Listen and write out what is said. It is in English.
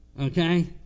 Okay